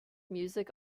music